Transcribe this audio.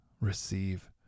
receive